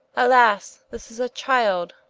alas, this is a child,